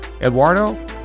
Eduardo